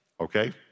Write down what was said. Okay